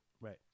Right